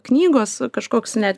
knygos kažkoks net